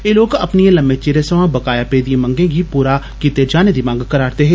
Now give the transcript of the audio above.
एह् लोक अपनिएं लम्मे चिरै थमां बकाया पेदिएं मंगे गी पूरा कीतें जाने दी मंग करारदे है